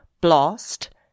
BLAST